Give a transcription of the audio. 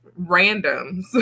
randoms